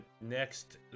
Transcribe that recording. next